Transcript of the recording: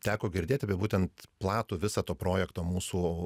teko girdėti apie būtent platų visą to projekto mūsų